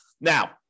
Now